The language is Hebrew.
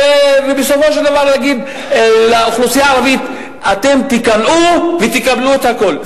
ובסופו של דבר להגיד לאוכלוסייה הערבית: אתם תיכנעו ותקבלו את הכול.